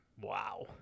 Wow